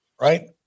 right